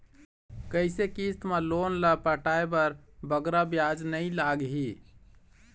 कइसे किस्त मा लोन ला पटाए बर बगरा ब्याज नहीं लगही?